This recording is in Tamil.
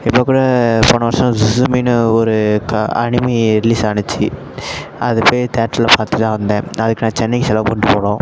இப்போ கூட போன வர்ஷம் ஸூமின்னு ஒரு அனிமி ரிலீஸ் ஆச்சி அது போய் தேட்டரில் பார்த்துட்டு தான் வந்தேன் அதுக்கு நான் சென்னைக்கு செலவு பண்ணிட்டு போனோம்